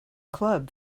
club